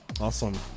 awesome